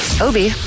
Obi